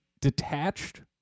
detached